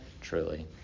truly